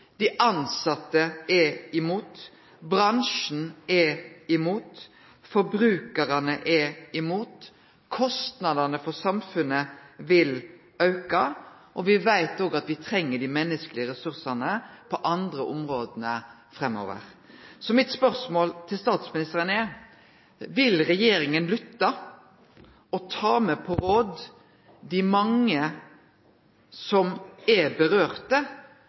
dei tilsette er imot, bransjen er imot, forbrukarane er imot, kostnadane for samfunnet vil auke, og me veit òg at me treng dei menneskelege ressursane på andre område framover. Så mitt spørsmål til statsministeren er: Vil regjeringa lytte til og ta med på råd dei mange som